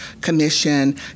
commission